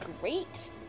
Great